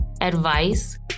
advice